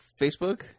Facebook